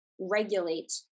regulate